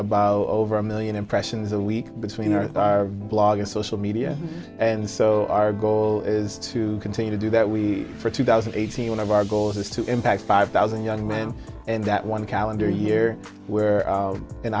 about over a million impressions a week between our blog and social media and so our goal is to continue to do that we for two thousand and eighty one of our goals is to impact five thousand young men and that one calendar year where